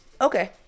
okay